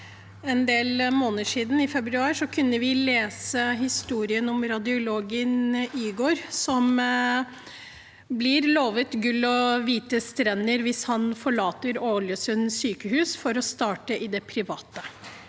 en del måned- er siden, i februar, kunne vi lese historien om radiologen Igor, som «blir lovet gull og hvite strender hvis han forlater Ålesund sjukehus for å starte i det private».